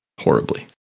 Horribly